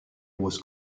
was